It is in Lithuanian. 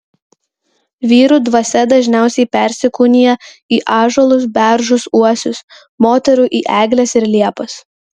vyrų dvasia dažniausiai persikūnija į ąžuolus beržus uosius moterų į egles ir liepas